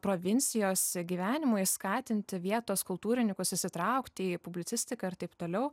provincijos gyvenimui skatinti vietos kultūrinikus įsitraukti į publicistiką ir taip toliau